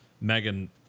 Megan